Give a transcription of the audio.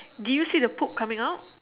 did you see the poop coming out